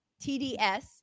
TDS